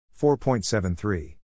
4.73